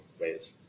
ways